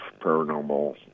paranormal